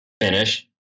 finish